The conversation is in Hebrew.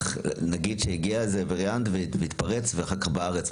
אם נגיד הגיע איזה וריאנט והתפרץ בארץ,